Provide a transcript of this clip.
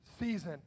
season